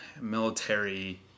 military